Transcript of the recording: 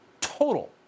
total